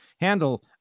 handle